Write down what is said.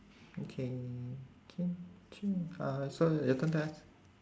okay can uh so your turn to ask